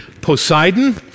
Poseidon